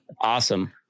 Awesome